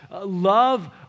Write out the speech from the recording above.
love